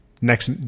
Next